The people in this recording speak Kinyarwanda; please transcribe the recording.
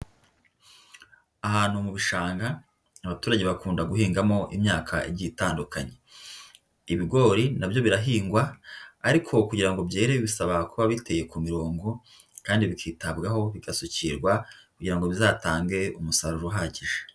Ahantu mu bishanga abaturage bakunda guhingamo imyaka igiye itandukanye. Ibigori na byo birahingwa ariko kugira ngo byere bisaba kuba biteye ku mirongo kandi bikitabwaho, bigasukirwa kugira ngo bizatange umusaruro uhagije.